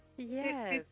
Yes